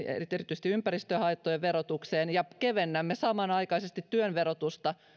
erityisesti ympäristöhaittojen verotukseen ja kevennämme samanaikaisesti työn verotusta